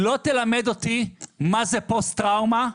היא לא תלמד אותי מה זה פוסט טראומה,